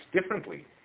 differently